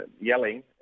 yelling